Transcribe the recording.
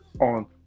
on